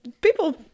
people